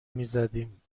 میزدیم